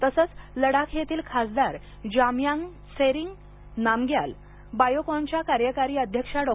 तसेच लडाख येथील खासदार जामयांग त्सेरिंग नामग्याल बॉयोकॉनच्या कार्यकारी अध्यक्षा डॉ